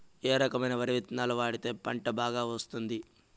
ఏ రకమైన వరి విత్తనాలు వాడితే పంట బాగా వస్తుంది?